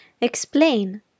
Explain